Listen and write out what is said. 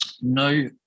No